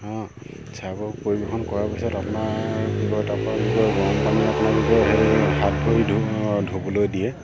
অঁ চাহ পৰিৱেশন কৰাৰ পিছত আপোনাৰ কি কয় তাপা কি কয় গৰম পানী আপোনালোকক সেই হাত ভৰি ধুবলৈ দিয়ে